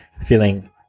feeling